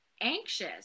anxious